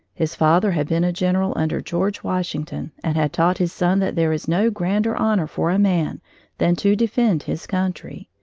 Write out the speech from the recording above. his father had been a general under george washington and had taught his son that there is no grander honor for a man than to defend his country.